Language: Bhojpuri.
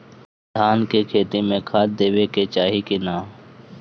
धान के खेती मे खाद देवे के चाही कि ना?